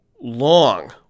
long